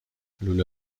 لوله